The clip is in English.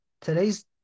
Today's